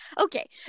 Okay